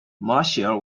marshall